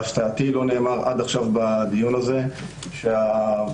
להפתעתי לא נאמר בדיון הזה עד כה,